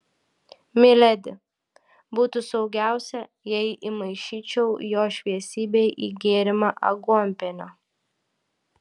miledi būtų saugiausia jei įmaišyčiau jo šviesybei į gėrimą aguonpienio